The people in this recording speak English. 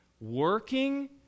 Working